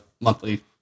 monthly